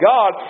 God